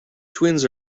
twins